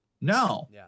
No